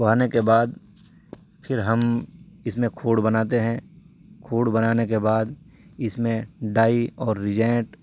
بوانے کے بعد پھر ہم اس میں کھوڑ بناتے ہیں کھوڑ بنانے کے بعد اس میں ڈائی اور رجینٹ